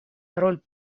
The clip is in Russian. роль